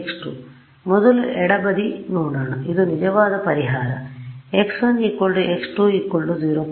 ಆದ್ದರಿಂದ ಮೊದಲು ಎಡಬದಿ ನೋಡೋಣ ಇದು ನಿಜವಾದ ಪರಿಹಾರ x1 x2 0